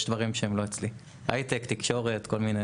יש דברים שהם לא אצלי: הייטק, תקשורת, כל מיני.